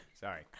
Sorry